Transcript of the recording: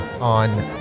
on